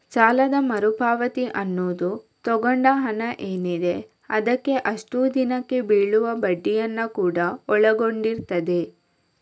ಸಾಲದ ಮರು ಪಾವತಿ ಅನ್ನುದು ತಗೊಂಡ ಹಣ ಏನಿದೆ ಅದಕ್ಕೆ ಅಷ್ಟು ದಿನಕ್ಕೆ ಬೀಳುವ ಬಡ್ಡಿಯನ್ನ ಕೂಡಾ ಒಳಗೊಂಡಿರ್ತದೆ